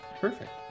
perfect